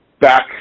Back